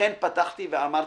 לכן פתחתי ואמרתי,